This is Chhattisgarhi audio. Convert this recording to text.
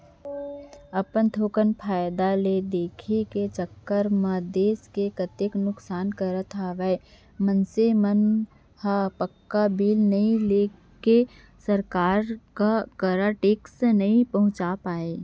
अपन थोकन फायदा ल देखे के चक्कर म देस के कतेक नुकसान करत हवय मनसे मन ह पक्का बिल नइ लेके सरकार करा टेक्स नइ पहुंचा पावय